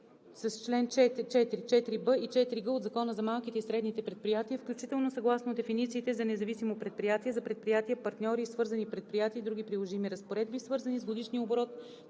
с чл. 4, 4б и 4г от Закона за малките и средните предприятия, включително съгласно дефинициите за независимо предприятие, за предприятия партньори и свързани предприятия и други приложими разпоредби, свързани с годишния оборот